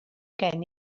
gen